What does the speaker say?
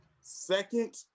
second